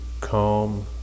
calm